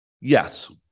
yes